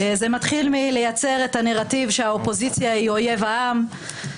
זה מתחיל מייצור הנרטיב שהאופוזיציה היא אויב העם,